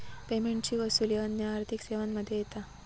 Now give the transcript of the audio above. पेमेंटची वसूली अन्य आर्थिक सेवांमध्ये येता